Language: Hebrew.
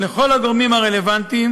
לכל הגורמים הרלוונטיים,